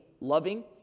loving